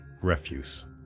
Refuse